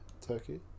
Turkey